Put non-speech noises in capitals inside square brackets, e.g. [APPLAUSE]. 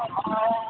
[UNINTELLIGIBLE]